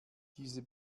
diese